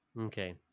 Okay